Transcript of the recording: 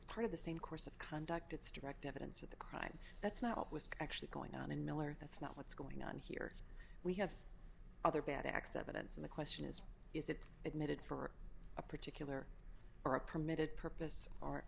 part of the same course of conduct it's direct evidence of the crime that's not actually going on in miller that's not what's going on here we have other bad acceptance and the question is is it admitted for a particular or a permitted purpose ar